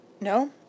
No